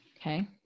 Okay